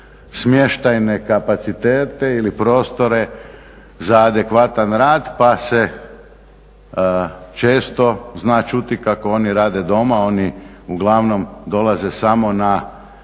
smještajne kapacitete ili prostore za adekvatan rad pa se često zna čuti kako oni rade doma, oni uglavnom dolaze samo na